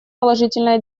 положительная